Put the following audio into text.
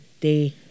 day